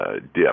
dip